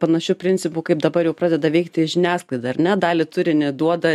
panašiu principu kaip dabar jau pradeda veikti žiniasklaidą ar ne dalį turinio duoda